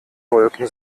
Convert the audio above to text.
wolken